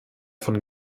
von